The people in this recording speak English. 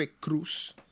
Cruz